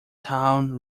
town